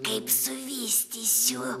kaip suvystysiu